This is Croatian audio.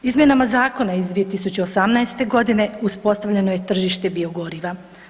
Izmjenama zakona iz 2018. godine uspostavljeno je tržište biogoriva.